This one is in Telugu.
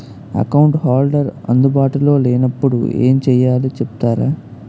అకౌంట్ హోల్డర్ అందు బాటులో లే నప్పుడు ఎం చేయాలి చెప్తారా?